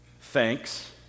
thanks